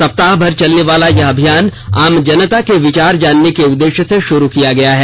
सप्ताहि भर चलने वाला यह अभियान आम जनता के विचार जानने के उद्देश्यी से शुरू किया गया है